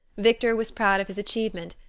victor was proud of his achievement,